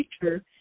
teacher